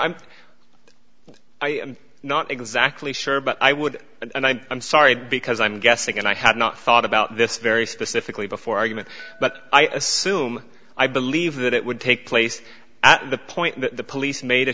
i'm i'm not exactly sure but i would and i'm sorry because i'm guessing and i had not thought about this very specifically before argument but i assume i believe that it would take place at the point that the police made a